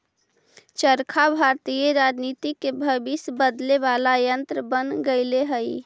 चरखा भारतीय राजनीति के भविष्य बदले वाला यन्त्र बन गेले हई